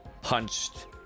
punched